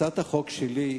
הצעת החוק שלי,